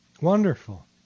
Wonderful